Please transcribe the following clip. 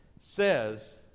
says